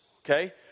okay